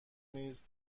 نیز